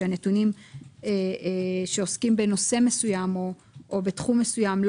יהיו נתונים שעוסקים בנושא מסוים או בתחום מסוים,